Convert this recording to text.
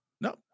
No